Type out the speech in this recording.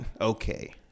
okay